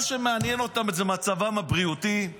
מה שמעניין אותם זה מצבם הבריאותי,